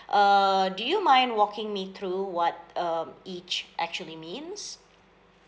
uh do you mind walking me through what um each actually means